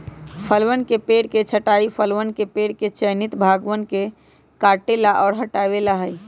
फलवन के पेड़ के छंटाई फलवन के पेड़ के चयनित भागवन के काटे ला और हटावे ला हई